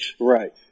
Right